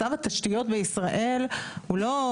מצב התשתיות בישראל הוא לא,